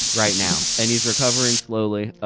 right now. and he's recovering slowly,